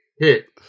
Hit